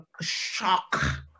shock